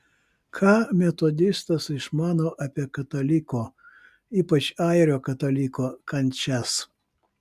ką metodistas išmano apie kataliko ypač airio kataliko kančias